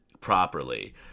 properly